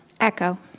Echo